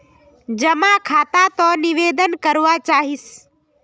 जमा खाता त निवेदन करवा चाहीस?